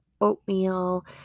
oatmeal